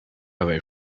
away